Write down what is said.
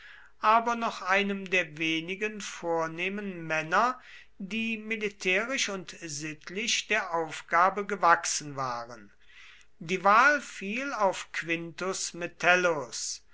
aber noch einem der wenigen vornehmen männer die militärisch und sittlich der aufgabe gewachsen waren die wahl fiel auf quintus